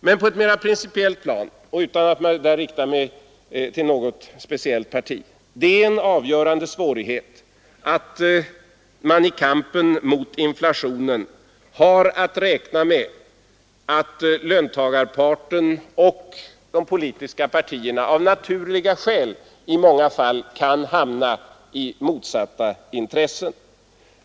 Men på ett mera principiellt plan vill jag säga — och nu riktar jag mig inte till något speciellt parti — att det är en avgörande svårighet att löntagarparten och de politiska partierna i kampen mot inflationen av naturliga skäl i många fall kan hamna i motsatta intressen.